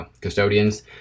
custodians